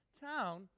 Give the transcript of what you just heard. town